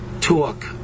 talk